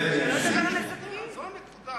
שלא לדבר על נזקים.